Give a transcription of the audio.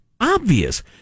obvious